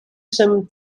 some